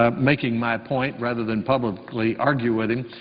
um making my point rather than publicly arguing with him,